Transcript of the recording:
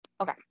okay